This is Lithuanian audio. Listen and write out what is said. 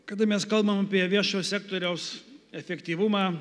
kada mes kalbam apie viešojo sektoriaus efektyvumą